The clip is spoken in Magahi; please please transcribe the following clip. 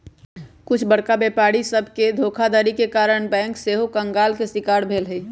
कुछ बरका व्यापारी सभके धोखाधड़ी के कारणे बैंक सेहो कंगाल के शिकार भेल हइ